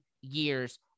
years